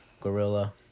Gorilla